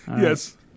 Yes